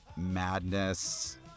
Madness